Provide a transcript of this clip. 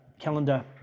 calendar